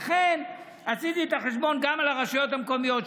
לכן עשיתי את החשבון גם על הרשויות המקומיות,